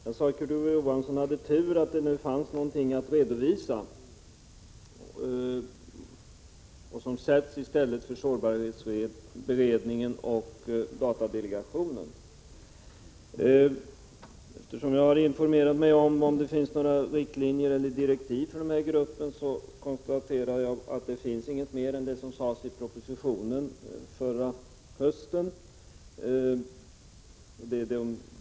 Jag sade att Kurt Ove Johansson hade tur att det nu finns någonting att redovisa, som sätts i stället för sårbarhetsutredningen och datadelegationen. Jag har informerat mig om huruvida det finns några riktlinjer eller direktiv för referensgruppen, och jag kan konstatera att det inte finns någonting mer än vad som sades i propositionen förra hösten.